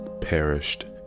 Perished